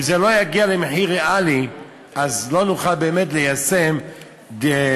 אם זה לא יגיע למחיר ריאלי אז לא נוכל באמת ליישם בנייה,